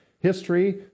history